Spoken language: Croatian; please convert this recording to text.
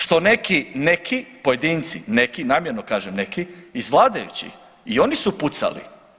Što neki, neki pojedinci, neki namjerno kažem neki iz vladajućih i oni su pucali.